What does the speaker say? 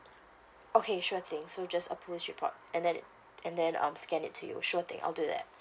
okay sure thing so just a police report and then and then um scan it to you sure thing I'll do that